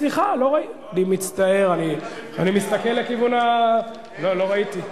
סליחה, אני מצטער, לא ראיתי.